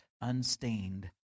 unstained